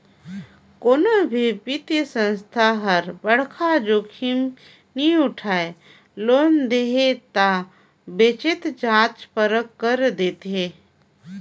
कोनो भी बित्तीय संस्था हर बड़खा जोखिम नी उठाय लोन देथे ता बतेच जांच परख कर देथे